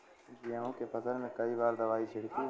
गेहूँ के फसल मे कई बार दवाई छिड़की?